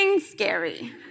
scary